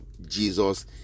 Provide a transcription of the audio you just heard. jesus